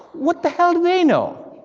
what the hell do they know?